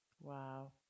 Wow